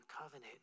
covenant